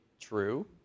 true